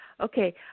Okay